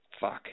Fuck